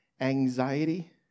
anxiety